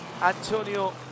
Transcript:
Antonio